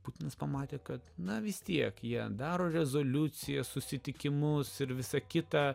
putinas pamatė kad na vis tiek jie daro rezoliucijas susitikimus ir visą kitą